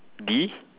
D